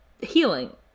healing